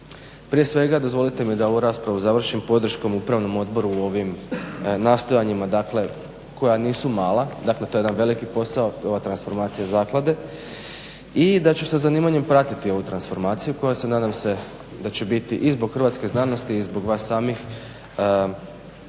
Prije svega dozvolite mi da ovu raspravu završim podrškom upravnom odboru u ovim nastojanjima dakle koja nisu mala, dakle to je jedan veliki posao ova transformacija zaklade i da ću sa zanimanjem pratiti ovu transformaciju koja se nadam se da će biti i zbog hrvatske znanosti i zbog vas samih efikasna,